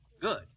Good